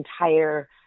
entire